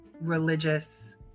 religious